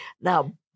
Now